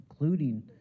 including